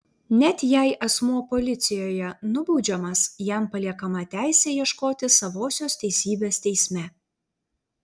net jei asmuo policijoje nubaudžiamas jam paliekama teisė ieškoti savosios teisybės teisme